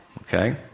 okay